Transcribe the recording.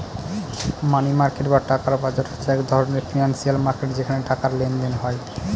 মানি market বা টাকার বাজার হচ্ছে এক ধরনের ফিনান্সিয়াল মার্কেট যেখানে টাকার লেনদেন হয়